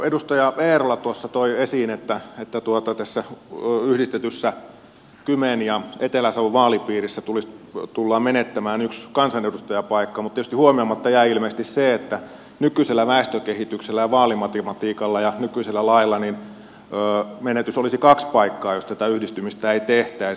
edustaja eerola tuossa toi esiin että tässä yhdistetyssä kymen ja etelä savon vaalipiirissä tullaan menettämään yksi kansanedustajapaikka mutta tietysti huomioimatta jäi ilmeisesti se että nykyisellä väestökehityksellä ja vaalimatematiikalla ja nykyisellä lailla menetys olisi kaksi paikkaa jos tätä yhdistymistä ei tehtäisi